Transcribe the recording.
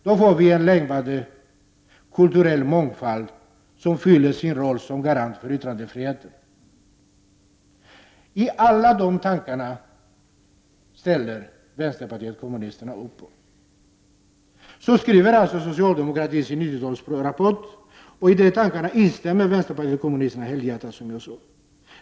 Då får vi en levande kulturell mångfald som fyller sin roll som garant för yttrandefriheten.” Så skriver alltså socialdemokratin i sin 90-talsrapport, och i de tankarna instämmer vänsterpartiet kommunisterna helhjärtat.